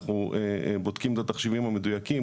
אנחנו בודקים את התחשיבים המדויקים,